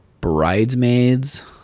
Bridesmaids